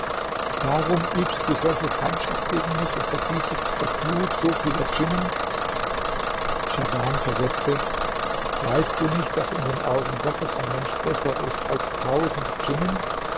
darum übst du solche feindschaft gegen mich und vergießest das blut so vieler djinnen schahban versetzte weißt du nicht daß in den augen gottes ein mensch besser ist als tausend djinnen